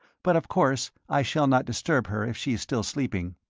but of course i shall not disturb her if she is still sleeping.